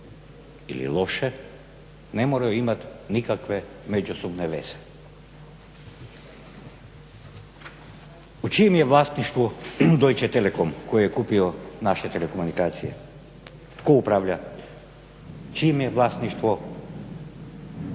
ili loše ne moraju imat nikakve međusobne veze. U čijem je vlasništvu Deutsche Telekom koji je kupio naše telekomunikacije, tko upravlja? Čije je vlasništvo